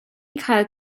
cael